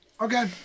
Okay